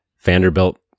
Vanderbilt